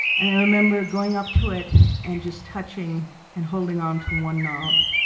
and i remember going up to it and just touching and holding onto one knob,